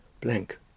blank